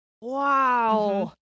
wow